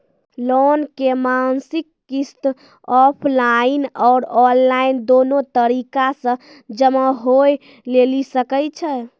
Loan के मासिक किस्त ऑफलाइन और ऑनलाइन दोनो तरीका से जमा होय लेली सकै छै?